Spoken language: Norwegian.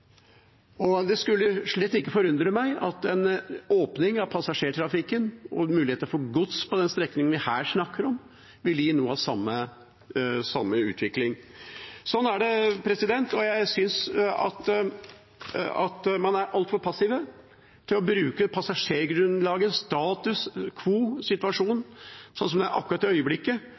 Det skulle slett ikke forundre meg om en åpning av passasjertrafikk og muligheter for gods på den strekningen vi her snakker om, ville gitt noe av den samme utviklingen. Jeg synes man er altfor passiv ved å bruke passasjergrunnlagets status quo-situasjon, slik den er akkurat i øyeblikket, som et grunnlag for videre vedtak. Det synes jeg er